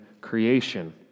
creation